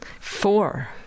four